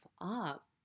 up